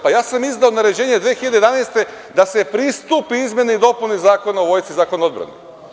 Ja sam izdao naređenje 2011. godine da se pristupi izmeni i dopuni Zakona o vojsci i Zakona o odbrani.